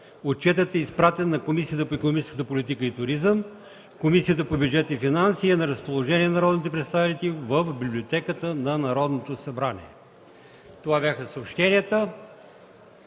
Отчетът е изпратен на Комисията по икономическата политика и туризъм, Комисията по бюджет и финанси и е на разположение на народните представители в Библиотеката на Народното събрание. Това бяха съобщенията.